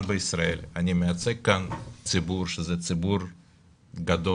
כאן בישראל, אני מייצג כאן ציבור, שזה ציבור גדול.